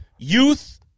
Youth